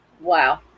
Wow